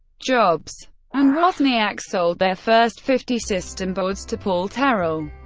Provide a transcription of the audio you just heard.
jobs and wozniak sold their first fifty system boards to paul terrell,